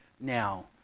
now